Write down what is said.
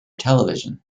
television